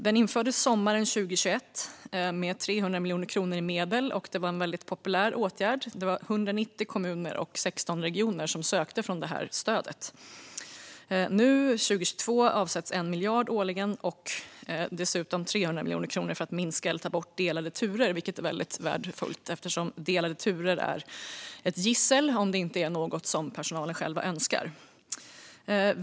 Detta infördes sommaren 2021, med 300 miljoner kronor i medel, och var en väldigt populär åtgärd. Det var 190 kommuner och 16 regioner som sökte stödet. Nu, 2022, avsätts 1 miljard årligen och dessutom 300 miljoner kronor för att minska eller ta bort delade turer, vilket är väldigt värdefullt. Delade turer är nämligen ett gissel om det inte är något som personalen själv önskar.